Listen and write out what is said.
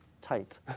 tight